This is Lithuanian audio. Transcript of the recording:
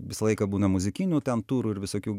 visą laiką būna muzikinių turų ir visokių